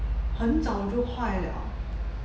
很早就坏 liao